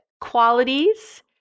qualities